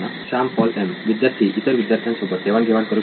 Shyam Paul M विद्यार्थी इतर विद्यार्थ्यांसोबत देवाण घेवाण करु शकतात